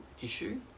issue